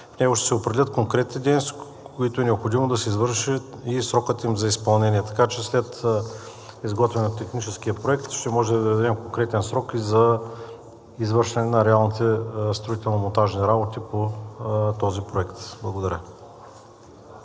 В него ще се определят конкретните дейности, които е необходимо да се извършат, и срокът им за изпълнение. Така че след изготвянето на техническия проект ще може да дадем конкретен срок и за извършване на реалните строително-монтажни работи по този проект. Благодаря.